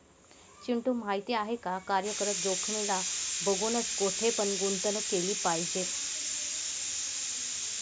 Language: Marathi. चिंटू माहिती आहे का? कार्यरत जोखीमीला बघूनच, कुठे पण गुंतवणूक केली पाहिजे